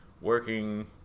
Working